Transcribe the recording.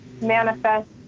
manifest